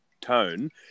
tone